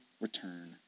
return